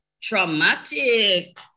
traumatic